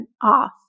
off